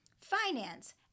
finance